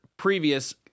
Previous